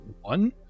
one